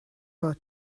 bod